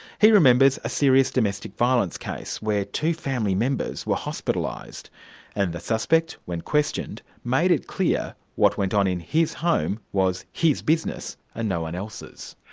he remembers a serious domestic violence case, where two family members were hospitalised, and the suspect, when questioned, made it clear what went on in his home was his business and no-one else's.